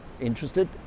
Interested